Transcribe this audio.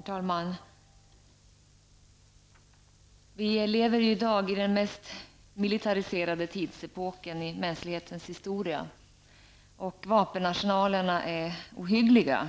Herr talman! Vi lever i dag i den mest militariserade tidsepoken i mänsklighetens historia. Vapenarsenalerna är ohyggliga.